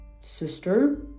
Sister